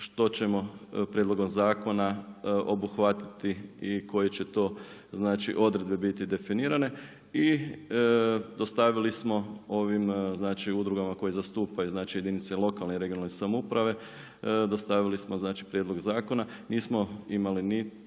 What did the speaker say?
što ćemo prijedlogom zakona obuhvatiti i koji će to znači odredbe biti definirane. I dostavili smo ovim, znači udrugama koje zastupaju, znači jedinice lokalne i regionalne samouprave, dostavili smo znači prijedlog zakona. Nismo imali niti